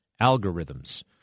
Algorithms